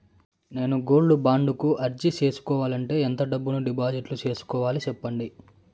నేను gold bond కు అర్జీ సేసుకోవాలంటే ఎంత డబ్బును డిపాజిట్లు సేసుకోవాలి సెప్పండి